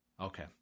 Okay